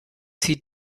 sie